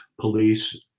police